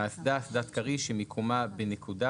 N 33° 12’’ 14″,